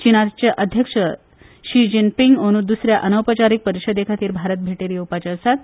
चीनाचे अध्यक्ष Xi Jinping अंदु दुसऱ्या अनौपचारिक परिषदेखातीर भारत भेटेर येवपाचे आसात